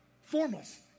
Formless